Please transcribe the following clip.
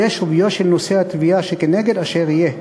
יהיה שוויו של נושא התביעה שכנגד אשר יהיה".